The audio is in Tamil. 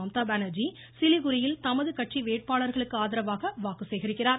மம்தா பானா்ஜி சிலிகுரியில் தமது கட்சி வேட்பாளர்களுக்கு ஆதரவாக வாக்கு சேகரிக்கிறார்